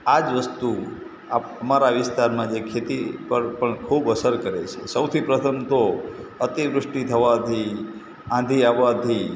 આ જ વસ્તુ અમારા વિસ્તારમાં જે ખેતી પર પણ ખૂબ અસર કરે છે સૌથી પ્રથમ તો અતિવૃષ્ટિ થવાથી આંધી આવવાથી